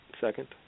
second